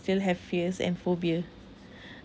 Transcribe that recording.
still have fears and phobia